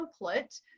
template